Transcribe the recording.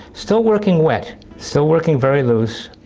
still working wet still working very loose,